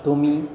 तो मी